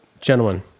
gentlemen